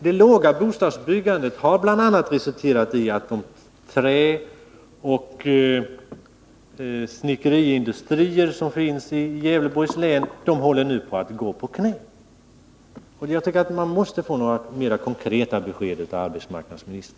Det låga bostadsbyggandet har bl.a. resulterat i att de träoch snickeriindustrier som finns i Gävleborgs län nu börjar gå på knä. Jag tycker alltså att arbetsmarknadsministern måste ge oss mera konkreta besked.